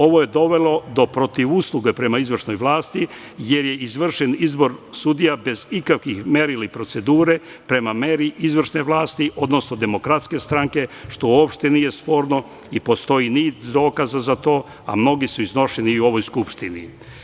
Ovo je dovelo do protivusluge prema izvršnoj vlasti, jer je izvršen izbor sudija bez ikakvih merila i procedure, prema meri izvršne vlasti, odnosno Demokratske stranke, što uopšte nije sporno i postoji niz dokaza za to, a mnogi su iznošeni i u ovoj Skupštini.